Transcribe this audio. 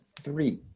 three